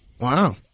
Wow